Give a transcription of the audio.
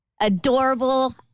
adorable